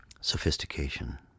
Sophistication